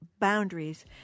Boundaries